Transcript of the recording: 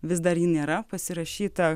vis dar ji nėra pasirašyta